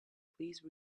please